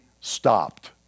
stopped